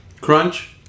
crunch